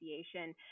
association